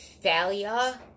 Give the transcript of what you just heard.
failure